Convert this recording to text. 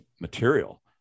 material